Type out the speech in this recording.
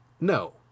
no